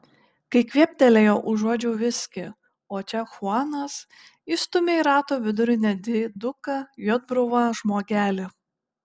kai kvėptelėjo užuodžiau viskį o čia chuanas įstūmė į rato vidurį nediduką juodbruvą žmogelį